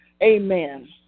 Amen